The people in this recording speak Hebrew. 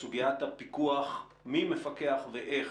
לסוגיית הפיקוח, מי מפקח ואיך